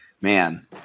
Man